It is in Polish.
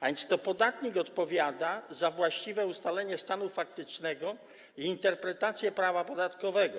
A więc to podatnik odpowiada za właściwe ustalenie stanu faktycznego i interpretację prawa podatkowego.